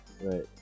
right